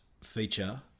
feature